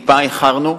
אנחנו טיפה איחרנו.